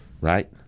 Right